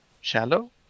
shallow